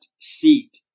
seat